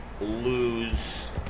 lose